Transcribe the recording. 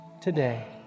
today